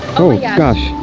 oh yeah gosh.